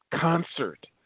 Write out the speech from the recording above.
concert